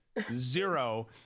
zero